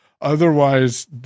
Otherwise